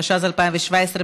התשע"ז 2017,